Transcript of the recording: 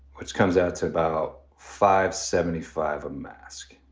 which comes out to about five. seventy five a mask.